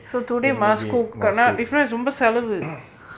இன்னைக்கு:innaikku must cook